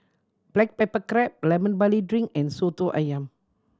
black pepper crab Lemon Barley Drink and Soto Ayam